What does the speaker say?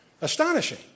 Astonishing